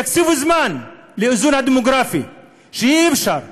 תקציבו זמן לאיזון הדמוגרפי שאי-אפשר,